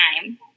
time